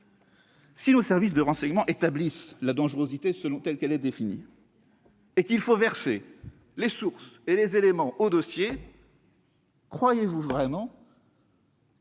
Si les services de renseignement établissent la dangerosité telle qu'elle est définie et qu'il faut verser les sources et les éléments au dossier, croyez-vous vraiment